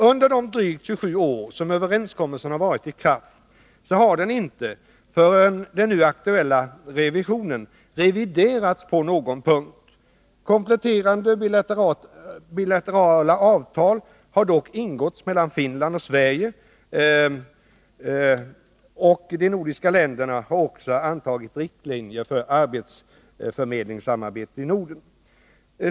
Under de drygt 27 år som överenskommelsen varit i kraft har den inte — före den nu aktuella revisionen — reviderats på någon punkt. Kompletterande bilaterala avtal har dock ingåtts mellan Finland och Sverige. De nordiska länderna har också antagit riktlinjer för arbetsförmedlingssamarbetet i Norden.